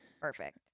Perfect